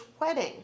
wedding